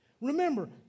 Remember